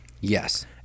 Yes